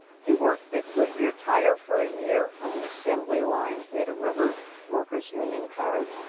he worked at goodyear tire for a year on the assembly line. he had a rubber workers union card.